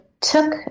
took